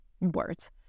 words